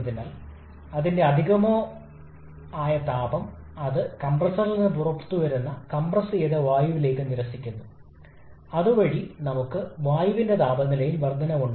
അതിനാൽ ഇവിടെയും അനുബന്ധമായ സമ്മർദ്ദ അനുപാതം ഉണ്ടാകുമെന്ന് നമുക്കറിയാം പരമാവധി ഔട്ട്പുട്ട് അത് പരമാവധി താപനിലയുടെ പ്രവർത്തനമാണ്